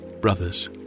Brothers